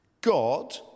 God